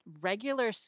regular